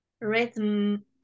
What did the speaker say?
rhythm